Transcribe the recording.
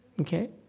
Okay